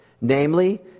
Namely